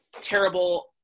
terrible